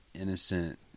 innocent